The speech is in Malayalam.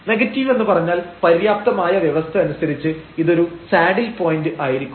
നെഗറ്റീവ് എന്ന് പറഞ്ഞാൽ പര്യാപ്തമായ വ്യവസ്ഥ അനുസരിച്ച് ഇതൊരു സാഡിൽ പോയിന്റ് ആയിരിക്കും